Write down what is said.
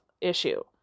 issue